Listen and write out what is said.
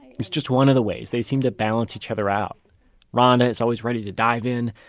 it's just one of the ways they seem to balance each other out ronda is always ready to dive in,